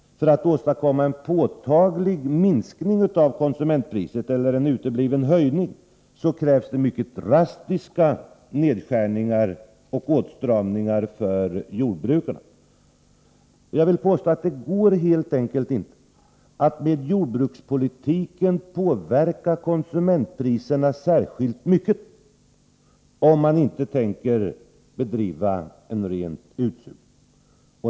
För att åstadkomma en påtaglig minskning av konsumentpriset eller en utebliven höjning krävs mycket drastiska nedskärningar och åtstramningar för jordbrukarna. Jag vill påstå att det helt enkelt inte går att via jordbrukspolitiken påverka konsumentpriserna särskilt mycket, om man inte tänker bedriva ren utsugning.